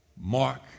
Mark